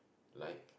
like